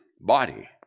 body